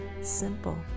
simple